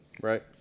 Right